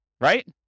Right